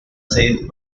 saved